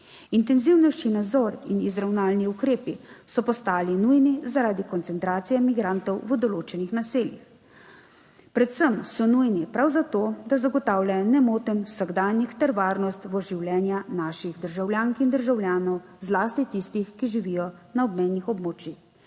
Intenzivnejši nadzor in izravnalni ukrepi so postali nujni zaradi koncentracije migrantov v določenih naseljih, predvsem so nujni prav za to, da zagotavljajo nemoten vsakdanjik ter varnost v življenja naših državljank in državljanov, zlasti tistih, ki živijo na obmejnih območjih.